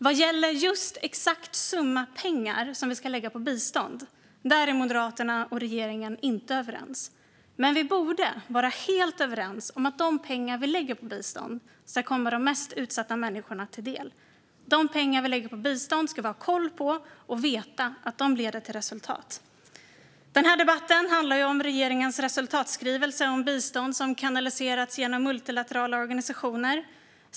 Vad gäller exakt vilken summa pengar som vi ska lägga på bistånd är Moderaterna och regeringen inte överens, men vi borde vara helt överens om att de pengar som vi lägger på bistånd ska komma de mest utsatta människorna till del. De pengar som vi lägger på bistånd ska vi ha koll på och veta att de leder till resultat. Denna debatt handlar om regeringens resultatskrivelse om bistånd som kanaliserats genom multilaterala organisationer.